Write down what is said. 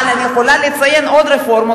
אבל אני יכולה לציין עוד רפורמות